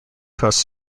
caused